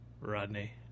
Rodney